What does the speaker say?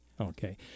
okay